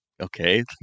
okay